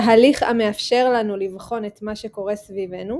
תהליך המאפשר לנו לבחון את מה שקורה סביבנו